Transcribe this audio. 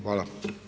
Hvala.